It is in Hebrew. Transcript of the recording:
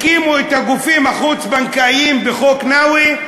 הקימו את הגופים החוץ-בנקאיים בחוק נאוי,